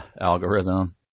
algorithm